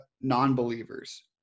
non-believers